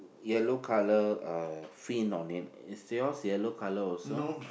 yellow colour uh fin on it is yours yellow colour also